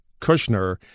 Kushner